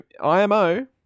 IMO